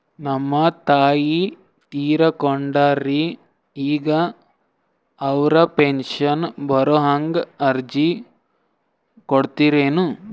ನಮ್ ತಾಯಿ ತೀರಕೊಂಡಾರ್ರಿ ಈಗ ಅವ್ರ ಪೆಂಶನ್ ಬರಹಂಗ ಅರ್ಜಿ ಕೊಡತೀರೆನು?